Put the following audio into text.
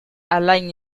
alain